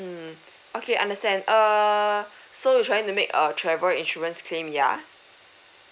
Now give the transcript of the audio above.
mm okay understand err so you're trying to make a travel insurance claim yeah